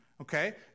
okay